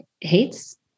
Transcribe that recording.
hates